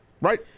right